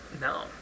No